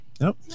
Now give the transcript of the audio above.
Nope